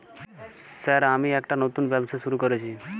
Sir আমি একটি নতুন ব্যবসা শুরু করেছি?